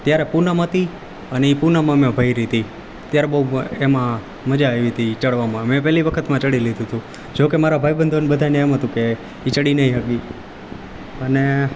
ત્યારે પુનમ હતી અને એ પુનમ અમે ભરી હતી ત્યારે બહુ એમાં મજા આવી હતી ચડવામાં મેં પહેલી વખતમાં ચડી લીધું હતું જો કે મારા ભાઈબંધોને બધાંયને એમ હતું કે એ ચડી નહીં શકે અને